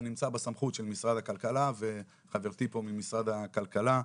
זה נמצא בסמכות של משרד הכלכלה וחברתי פה ממשרד הכלכלה,